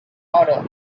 order